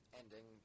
ending